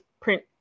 print